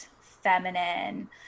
feminine